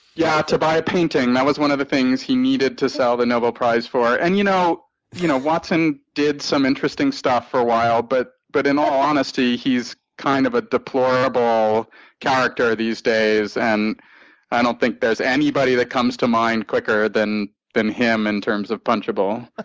yeah, to buy a painting. that was one of the things he needed to sell the nobel prize for. and you know you know watson did some interesting stuff for a while, but but in all honesty, he's kind of a deplorable character these days. and i don't think there's anybody that comes to mind quicker than than him in terms of punchable.